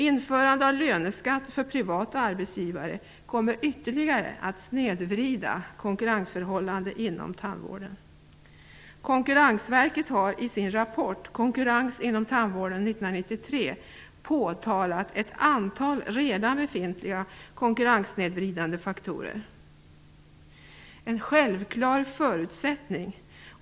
Införande av löneskatt för privata arbetsgivare kommer att ytterligare snedvrida konkurrensförhållandena inom tandvården. Konkurrensverket har i sin rapport Konkurrens inom tandvården påtalat ett antal redan befintliga konkurrenssnedvridande faktorer.